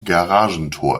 garagentor